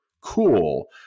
Cool